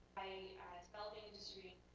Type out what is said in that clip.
a developing industry